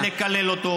ולקלל אותו,